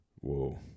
Whoa